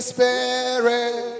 Spirit